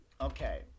Okay